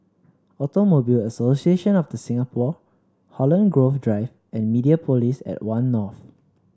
Automobile Association of The Singapore Holland Grove Drive and Mediapolis at One North